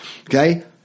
okay